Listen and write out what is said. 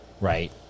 Right